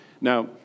Now